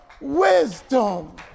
wisdom